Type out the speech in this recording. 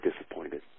disappointed